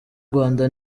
rwanda